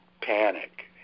panic